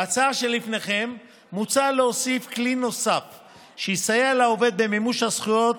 בהצעה שלפניכם מוצע להוסיף כלי שיסייע לעובד במימוש הזכויות